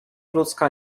ludzka